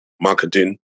marketing